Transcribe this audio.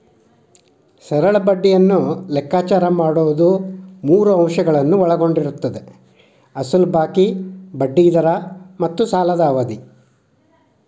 ಸರಳ ಬಡ್ಡಿಯನ್ನು ಲೆಕ್ಕಾಚಾರ ಮಾಡುವುದು ಮೂರು ಅಂಶಗಳನ್ನು ಒಳಗೊಂಡಿರುತ್ತದೆ ಅಸಲು ಬಾಕಿ, ಬಡ್ಡಿ ದರ ಮತ್ತು ಸಾಲದ ಅವಧಿ